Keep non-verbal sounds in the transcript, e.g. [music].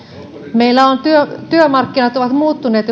meillä työmarkkinat ovat muuttuneet [unintelligible]